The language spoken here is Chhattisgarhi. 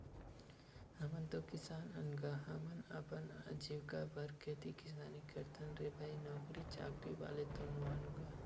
हमन तो किसान अन गा, हमन अपन अजीविका बर खेती किसानी करथन रे भई नौकरी चाकरी वाले तो नोहन गा